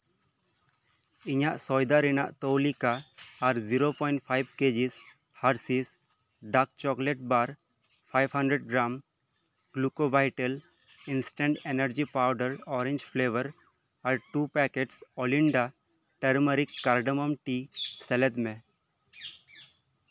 ᱤᱧᱟᱹᱜ ᱥᱚᱭᱫᱟ ᱨᱮᱱᱟᱜ ᱛᱟᱹᱞᱤᱠᱟ ᱟᱨ zero point five kgs Hershey's dark chocolate bar five hundred gram ᱞᱩᱠᱳᱵᱟᱭᱤᱥᱴᱤᱞ instant energy powder orange flavour ᱟᱨ ᱴᱩ ᱯᱮᱠᱮᱴᱥ ᱚᱞᱚᱱᱰᱟ ᱴᱟᱨᱢᱟᱨᱤᱠ ᱠᱟᱨᱰᱟᱢ ᱴᱤ ᱥᱮᱞᱮᱫ ᱢᱮ